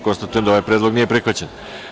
Konstatujem da ovaj predlog nije prihvaćen.